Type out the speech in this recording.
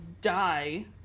die